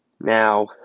Now